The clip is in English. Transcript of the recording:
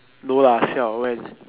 no lah siao when